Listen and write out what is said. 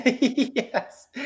Yes